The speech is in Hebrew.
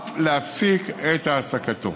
אף להפסיק את העסקתו.